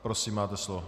Prosím, máte slovo.